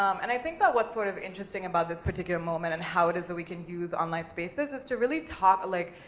um and i think that what's sort of interesting about this particular moment, and how it is that we can use online spaces, is to really talk, like,